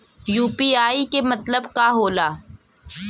UPI के मतलब का होला?